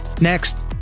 Next